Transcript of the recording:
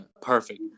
perfect